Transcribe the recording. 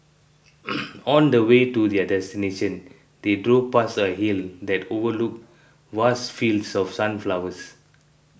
on the way to their destination they drove past a hill that overlooked vast fields of sunflowers